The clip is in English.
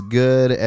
good